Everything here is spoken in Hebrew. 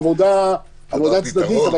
עבודה צדדית,